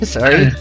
Sorry